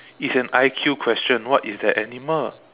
it's an I_Q question what is that animal